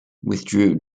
withdrew